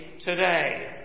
today